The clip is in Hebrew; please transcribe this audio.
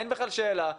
אין בכלל שאלה,